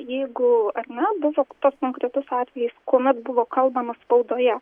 jeigu ar ne buvo tas konkretus atvejis kuomet buvo kalbama spaudoje